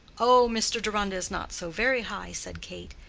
oh, mr. deronda is not so very high, said kate,